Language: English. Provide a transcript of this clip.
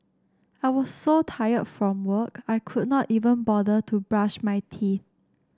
I was so tired from work I could not even bother to brush my teeth